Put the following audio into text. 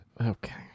Okay